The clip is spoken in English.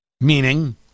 Meaning